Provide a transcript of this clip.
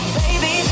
baby